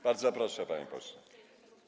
Bardzo proszę, panie pośle.